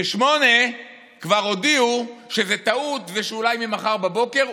ב-20:00 כבר הודיעו שזה טעות ושאולי ממחר בבוקר,